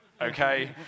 okay